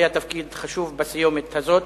היה תפקיד חשוב בסיומת הזאת,